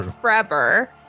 forever